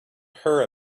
her